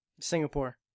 Singapore